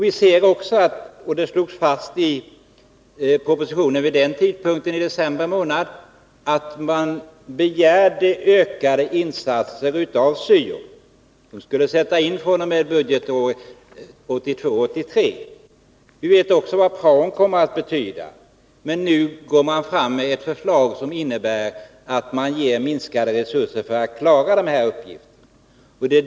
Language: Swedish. Vi ser också — det slogs fast i propositionen i december månad — att man begär ökade insatser av syon fr.o.m. budgetåret 1982/83. Vi vet även vad praon kommer att betyda. Men nu går man fram med ett förslag som innebär minskade resurser för att klara dessa uppgifter.